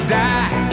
die